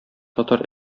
татар